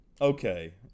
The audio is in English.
Okay